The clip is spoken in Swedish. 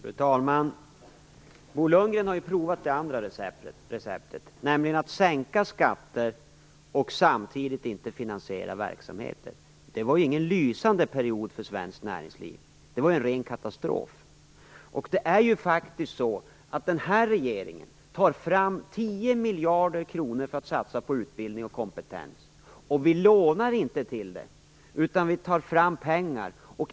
Fru talman! Bo Lundgren har provat det andra receptet, nämligen att sänka skatter och samtidigt inte finansiera verksamheter. Det var ingen lysande period för svenskt näringsliv. Det var ren katastrof. Den här regeringen tar faktiskt fram 10 miljarder kronor för att satsa på utbildning och kompetens. Vi lånar inte till det, utan vi tar fram pengarna.